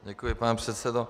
Děkuji, pane předsedo.